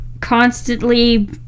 constantly